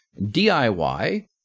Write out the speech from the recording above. DIY